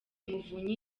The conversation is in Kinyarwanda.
muvunyi